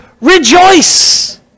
rejoice